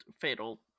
fatal